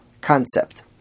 concept